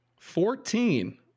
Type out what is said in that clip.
Fourteen